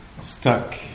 stuck